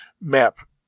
map